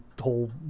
whole